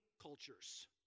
cultures